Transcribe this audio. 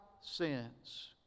sins